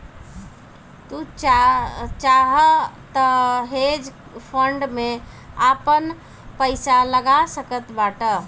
तू चाहअ तअ हेज फंड में आपन पईसा लगा सकत बाटअ